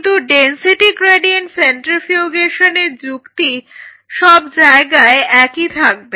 কিন্তু density gradient সেন্ট্রিফিউগেশনের যুক্তি সব জায়গায় একই থাকবে